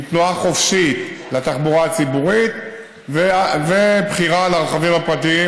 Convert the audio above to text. עם תנועה חופשית לתחבורה הציבורית ובחירה לרכבים הפרטיים: